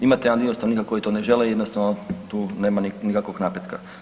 Imate jedan dio stanovnika koji to žele, jednostavno tu nema nikakvog napretka.